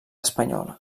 espanyola